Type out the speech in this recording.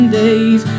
days